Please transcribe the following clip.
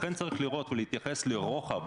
לכן צריך להתייחס לרוחב,